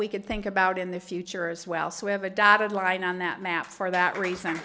we could think about in the future as well so we have a dotted line on that map for that reason